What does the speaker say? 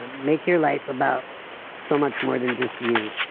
and make your life about so much more than just you.